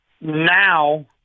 Now –